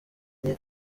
enye